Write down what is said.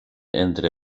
entre